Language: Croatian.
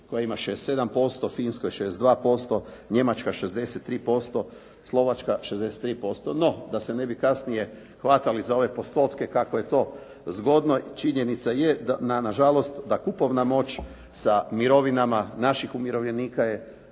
koja ima 67%, Finskoj 62%, Njemačka 63%, Slovačka 63%. No da se ne bi kasnije hvatali za ove postotke kako je to zgodno činjenica je nažalost da kupovna moć sa mirovinama naših umirovljenika je